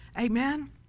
Amen